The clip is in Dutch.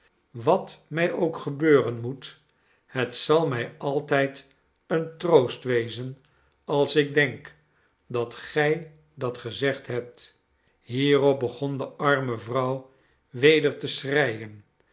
wat mij ook gebeuren moet het zal mij altijd een troost wezen als ik denk dat gij dat gezegd hebt hierop begon de arme vrouw weder te schreien